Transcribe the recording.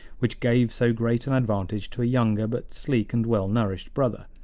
which gave so great an advantage to a younger but sleek and well-nourished brother.